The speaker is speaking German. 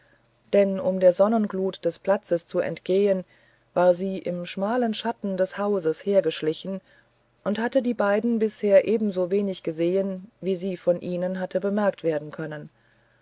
denn um der sonnenglut des platzes zu entgehen war sie im schmalen schatten des hauses hergeschlichen und hatte die beiden bisher ebenso wenig sehen wie sie von ihnen hatte bemerkt werden können